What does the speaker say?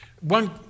One